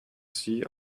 see